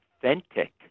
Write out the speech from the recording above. authentic